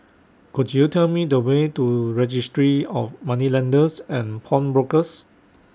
Could YOU Tell Me The Way to Registry of Moneylenders and Pawnbrokers